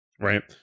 right